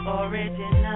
original